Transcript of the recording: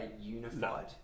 unified